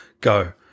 go